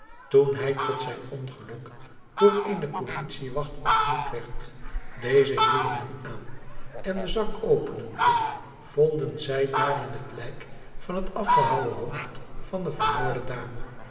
toen hij tot zijn ongeluk door eene politiewacht ontmoet werd deze hielden hem aan en den zak openende vonden zij daarin het lijk en het afgehouwen hoofd van de vermoorde dame